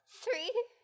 three